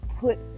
put